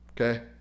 Okay